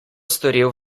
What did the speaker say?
storil